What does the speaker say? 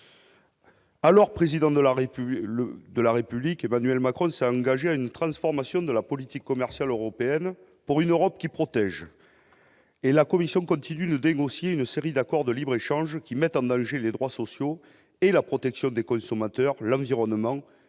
la République le de la République, Emmanuel Macron ça à une transformation de la politique commerciale européenne pour une Europe qui protège et la Commission continue de dégoût aussi une série d'accords de libre-échange qui mettent en danger les droits sociaux et la protection des consommateurs, l'environnement